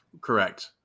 Correct